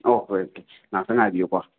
ꯑꯧ ꯍꯣꯏ ꯉꯍꯥꯛꯇꯪ ꯉꯥꯏꯕꯤꯌꯨꯀꯣ